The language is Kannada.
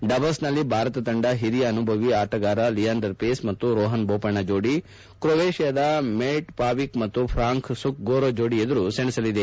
ಡಬಲ್ಸ್ನಲ್ಲಿ ಭಾರತ ತಂಡ ಹಿರಿಯ ಅನುಭವಿ ಆಟಗಾರ ಲಿಯಾಂಡರ್ ಪೇಸ್ ಮತ್ತು ರೋಹನ್ ಬೊಪಣ್ಣ ಜೋಡಿ ಕ್ರೋವೇಷಿಯಾದ ಮೇಟ್ಪಾವಿಕ್ ಮತ್ತು ಫ್ರಾಂಕೋ ಸುಖ್ಗೋರ್ ಜೋಡಿ ಎದುರು ಸೆಣಸಲಿದೆ